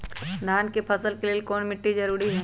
धान के फसल के लेल कौन मिट्टी जरूरी है?